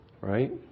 right